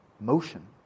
motion